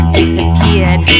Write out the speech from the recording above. disappeared